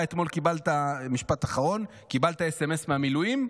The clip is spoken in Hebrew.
אתה אתמול קיבלת סמ"ס מהמילואים?